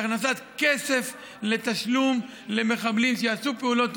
להכנסת כסף לתשלום למחבלים שיעשו פעולות טרור,